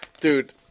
Dude